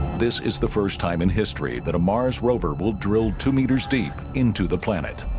this is the first time in history that a mars rover will drilled two meters deep into the planet